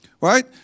right